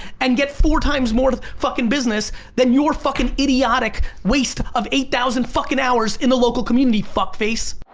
and get four times more fucking business than your fucking idiotic waste of eight thousand fucking hours in the local community fuck face.